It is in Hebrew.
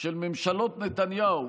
של ממשלות נתניהו